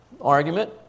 argument